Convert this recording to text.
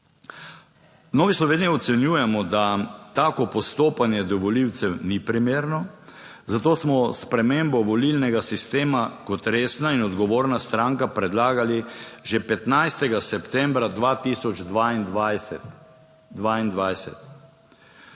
Novi Sloveniji ocenjujemo, da tako postopanje do volivcev ni primerno, zato smo spremembo volilnega sistema kot resna in odgovorna stranka predlagali že 15. septembra 2022.